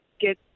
get